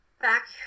back